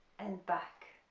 and back.